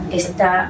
está